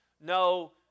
no